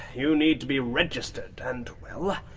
you need to be registered. and, well,